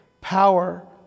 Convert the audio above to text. power